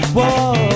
Whoa